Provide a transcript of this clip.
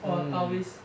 or taoist